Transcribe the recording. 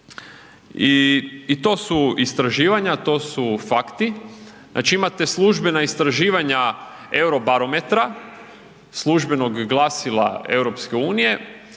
I to su istraživanja, to su fakti. Znači imate službena istraživanja Eurobarometra, službenog glasila EU,